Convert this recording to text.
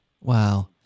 Wow